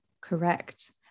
correct